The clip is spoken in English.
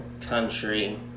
country